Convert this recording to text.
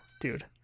dude